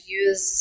use